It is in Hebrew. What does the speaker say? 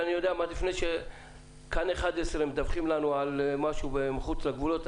לפני שכאן 11 מדווחים לנו משהו מחוץ לגבולות.